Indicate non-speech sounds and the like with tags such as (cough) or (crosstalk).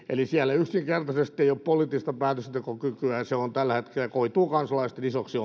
eli siellä yksinkertaisesti ei ole poliittista päätöksentekokykyä ja se tällä hetkellä koituu kansalaisten isoksi (unintelligible)